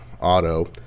auto